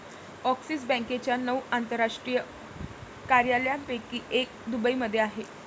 axis बँकेच्या नऊ आंतरराष्ट्रीय कार्यालयांपैकी एक दुबईमध्ये आहे